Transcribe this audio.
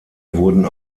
wurden